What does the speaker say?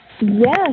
yes